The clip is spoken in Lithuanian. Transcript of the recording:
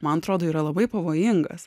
man atrodo yra labai pavojingas